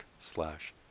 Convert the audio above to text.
slash